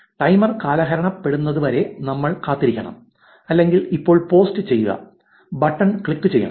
timer കാലഹരണപ്പെടുന്നതുവരെ നമ്മൾ കാത്തിരിക്കണം അല്ലെങ്കിൽ ഇപ്പോൾ പോസ്റ്റ് ചെയ്യുക ബട്ടൺ ക്ലിക്കു ചെയ്യണം